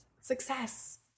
Success